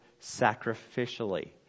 sacrificially